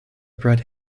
bright